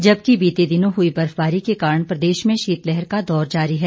जबकि बीते दिनों हुई बर्फबारी के कारण प्रदेश में शीतलहर का दौर जारी है